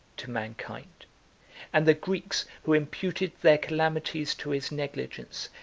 to mankind and the greeks, who imputed their calamities to his negligence,